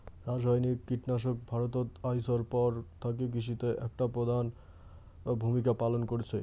রাসায়নিক কীটনাশক ভারতত আইসার পর থাকি কৃষিত একটা প্রধান ভূমিকা পালন করসে